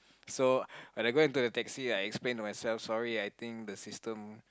so when I got into the taxi I explained myself sorry I think the system